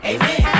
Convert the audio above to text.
Amen